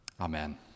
Amen